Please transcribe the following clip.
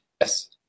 Yes